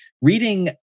reading